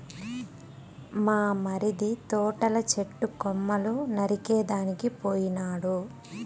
మా మరిది తోటల చెట్టు కొమ్మలు నరికేదానికి పోయినాడు